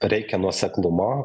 reikia nuoseklumo